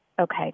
Okay